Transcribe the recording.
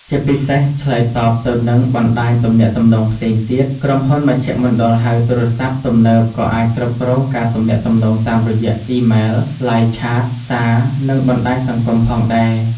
ជាពិសេស ឆ្លើយតបទៅនឹងបណ្ដាញទំនាក់ទំនងផ្សេងទៀត ក្រុមហ៊ុនមជ្ឈមណ្ឌលហៅទូរស័ព្ទទំនើបក៏អាចគ្រប់គ្រងការទំនាក់ទំនងតាមរយៈ អ៊ីមែល, Live Chat, សារ, និងបណ្ដាញសង្គម ផងដែរ។